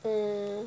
uh